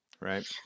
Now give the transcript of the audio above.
Right